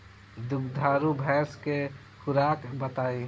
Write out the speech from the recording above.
दुधारू भैंस के खुराक बताई?